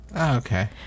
okay